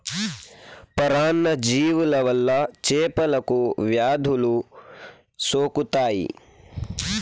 పరాన్న జీవుల వల్ల చేపలకు వ్యాధులు సోకుతాయి